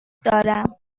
دارم